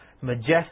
majestic